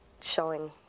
showing